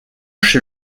chez